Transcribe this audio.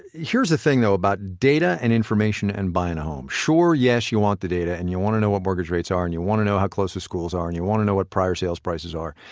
here's the thing though about data and information and buying a home sure, yes, you want the data, and you want to know what mortgage rates are, and you want to know how close the schools are, and you want to know what prior sales prices are.